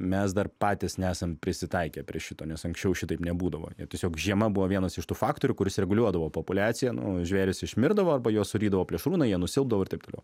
mes dar patys nesam prisitaikę prie šito nes anksčiau šitaip nebūdavo na tiesiog žiema buvo vienas iš tų faktorių kuris reguliuodavo populiaciją nu žvėrys išmirdavo arba juos surydavo plėšrūnai jie nusilpdavo ir taip toliau